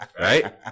Right